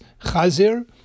chazir